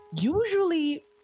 usually